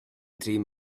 dream